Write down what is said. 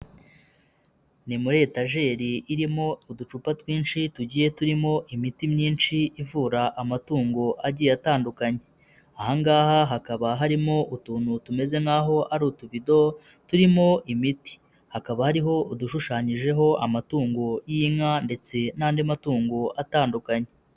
Ni muri etageri irimo uducupa twinshi tugiye turimo imiti myinshi ivura amatungo agiye atandukanye, aha ngaha hakaba harimo utuntu tumeze nk'aho ari utubido turimo imiti, hakaba hariho udushushanyijeho amatungo y'inka ndetse n'andi matungo atandukanye.